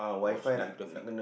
watch